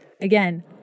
Again